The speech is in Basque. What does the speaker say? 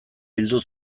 bildu